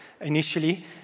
initially